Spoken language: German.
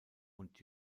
und